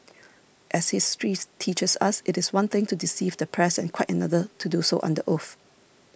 as history teaches us it is one thing to deceive the press and quite another to do so under oath